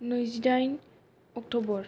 नैजिदाइन अक्ट'बर